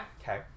Okay